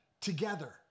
together